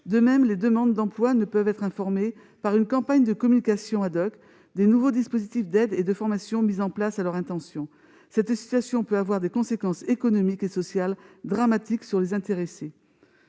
De même, les demandeurs d'emploi ne peuvent être informés, par une campagne de communication, des nouveaux dispositifs d'aide et de formation mis en place à leur intention. Cette situation peut avoir des conséquences économiques et sociales dramatiques pour les intéressés.